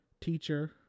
teacher